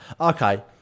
Okay